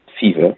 fever